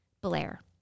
Blair